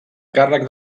càrrec